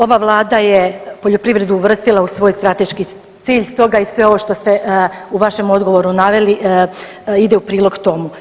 Ova Vlada je poljoprivredu uvrstila u svoj strateški cilj, stoga i sve ovo što ste u vašem odgovoru naveli ide u prilog tomu.